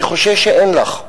אני חושש שאין לך.